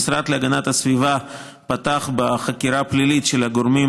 המשרד להגנת הסביבה פתח בחקירה פלילית של הגורמים